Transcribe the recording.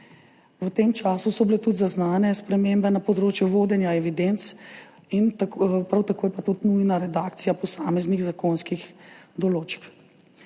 V tem času so bile tudi zaznane spremembe na področju vodenja evidenc, prav tako je pa tudi nujna redakcija posameznih zakonskih določb.